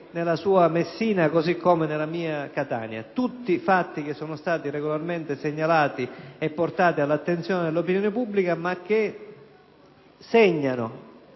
nella sua Messina, così come nella mia Catania. Tutti questi fatti sono stati regolarmente segnalati e portati all'attenzione dell'opinione pubblica, ma segnano,